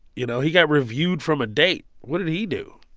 you know, he got reviewed from a date. what did he do?